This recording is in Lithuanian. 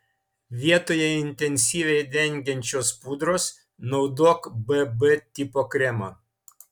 vietoje intensyviai dengiančios pudros naudok bb tipo kremą